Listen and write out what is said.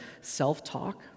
self-talk